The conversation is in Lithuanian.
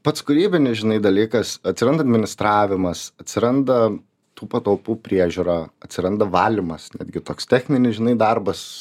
pats kūrybinis žinai dalykas atsiranda administravimas atsiranda tų patalpų priežiūra atsiranda valymas netgi toks techninis žinai darbas